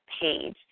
page